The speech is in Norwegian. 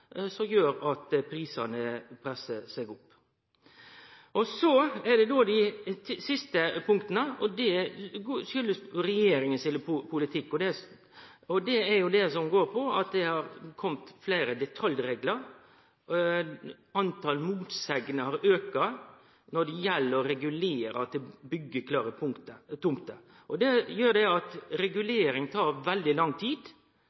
som gjer at prisane blir pressa opp. Det siste punktet, som kjem av regjeringa sin politikk, er at det har kome fleire detaljreglar. Talet på motsegner har auka når det gjeld å regulere til byggjeklare tomter. Det gjer at reguleringa tar veldig lang tid,